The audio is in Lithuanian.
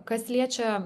kas liečia